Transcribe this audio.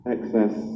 Excess